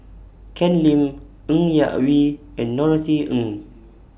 Ken Lim Ng Yak Whee and Norothy Ng